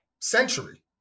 century